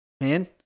man